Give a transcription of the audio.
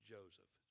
Joseph